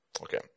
Okay